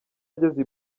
ageze